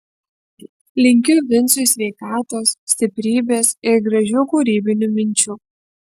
linkiu vincui sveikatos stiprybės ir gražių kūrybinių minčių